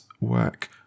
work